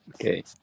Okay